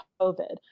COVID